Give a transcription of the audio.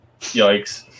Yikes